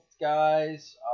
guys